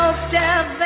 um stab